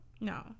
No